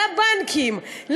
לבנקים,